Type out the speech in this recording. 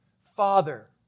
father